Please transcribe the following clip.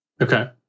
Okay